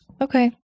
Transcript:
Okay